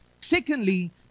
Secondly